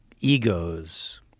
Egos